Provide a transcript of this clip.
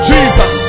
Jesus